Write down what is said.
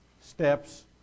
steps